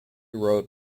wrote